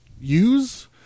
use